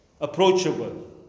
approachable